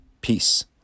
Peace